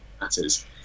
matters